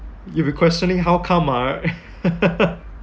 you'll be questioning how come ah